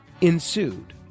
ensued